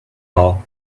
all